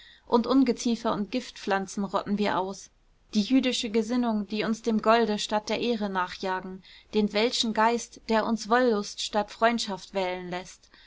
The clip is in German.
und ungeziefer und giftpflanzen rotten wir aus die jüdische gesinnung die uns dem golde statt der ehre nachjagen den welschen geist der uns wollust statt freundschaft wählen läßt